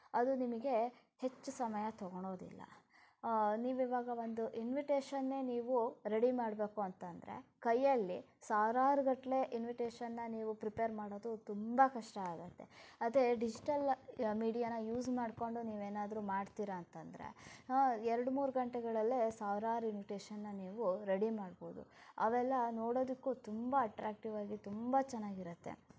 ಅದು ನಿಮಗೆ ಹೆಚ್ಚು ಸಮಯ ತಗೋಳೋದಿಲ್ಲ ನೀವು ಇವಾಗ ಒಂದು ಇನ್ವಿಟೇಷನನ್ನೇ ನೀವು ರೆಡಿ ಮಾಡಬೇಕು ಅಂತಂದರೆ ಕೈಯಲ್ಲಿ ಸಾವಿರಾರುಗಟ್ಟಲೆ ಇನ್ವಿಟೇಷನನ್ನ ನೀವು ಪ್ರಿಪೇರ್ ಮಾಡೋದು ತುಂಬ ಕಷ್ಟ ಆಗುತ್ತೆ ಅದೇ ಡಿಜಿಟಲ್ ಮೀಡಿಯಾನ ಯೂಸ್ ಮಾಡಿಕೊಂಡು ನೀವು ಏನಾದ್ರೂ ಮಾಡ್ತೀರಾ ಅಂತಂದರೆ ಎರಡು ಮೂರು ಗಂಟೆಗಳಲ್ಲೇ ಸಾವಿರಾರು ಇನ್ವಿಟೇಷನನ್ನ ನೀವು ರೆಡಿ ಮಾಡ್ಬೌದು ಅವೆಲ್ಲ ನೋಡೋದಕ್ಕೂ ತುಂಬ ಅಟ್ರಾಕ್ಟಿವ್ ಆಗಿ ತುಂಬ ಚೆನ್ನಾಗಿರುತ್ತೆ